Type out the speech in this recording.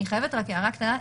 אני חייבת להעיר הערה קטנה.